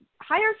higher